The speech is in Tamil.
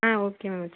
ஆ ஓகே மேம் வச்சிடுறேன்